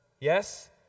Yes